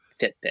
Fitbit